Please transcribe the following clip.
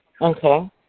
Okay